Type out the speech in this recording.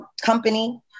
company